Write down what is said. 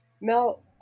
Mel